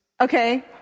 Okay